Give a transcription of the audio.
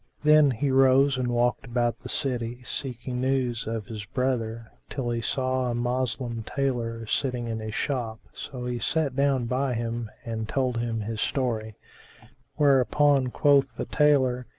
then he rose and walked about the city, seeking news of his brother, till he saw a moslem tailor sitting in his shop so he sat down by him and told him his story whereupon quoth the tailor,